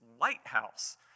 lighthouse